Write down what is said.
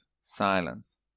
silence